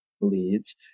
leads